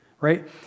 right